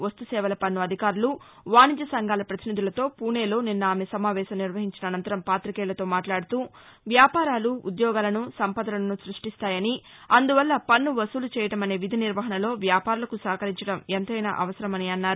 వస్తుసేవల పన్ను అధికారులు వాణిజ్య సంఘాల పతినిధులతో పూనె లో నిన్న ఆమె సమావేశం నిర్వహించిన అనంతరం పాతికేయులతో మాట్లాడుతూవ్యాపారాలు ఉద్యోగాలను సంపదలను సృష్టిస్తాయని అందువల్ల పన్ను వసూలు చేయడమనే విధి నిర్వహణలో వ్యాపారులకు నహకరించడం ఎంతైనా అవసరమని అన్నారు